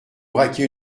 braquer